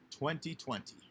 2020